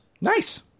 Nice